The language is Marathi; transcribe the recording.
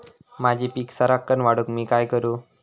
माझी पीक सराक्कन वाढूक मी काय करू?